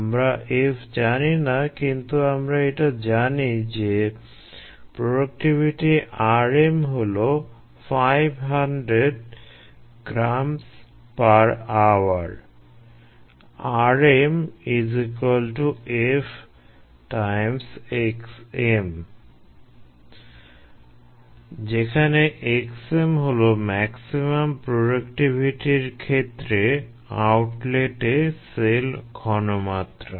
আমরা F জানি না কিন্তু আমরা এটা জানি যে প্রোডাক্টিভিটি Rm হলো 500 grams per hour যেখানে xm হলো ম্যাক্সিমাম প্রোডাক্টিভিটর ক্ষেত্রে আউটলেটে সেল ঘনমাত্রা